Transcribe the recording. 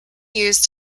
used